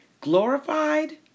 glorified